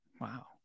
Wow